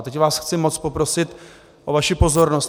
A teď vás chci moc poprosit o vaši pozornost.